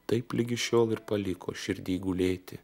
taip ligi šiol ir paliko širdy gulėti